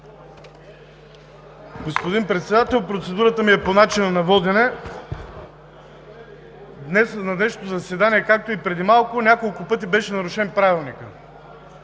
Господин Председател, процедурата ми е по начина на водене. На днешното заседание, както и преди малко, няколко пъти беше нарушен Правилникът,